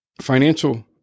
financial